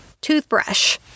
toothbrush